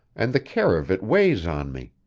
and the care of it weighs on me.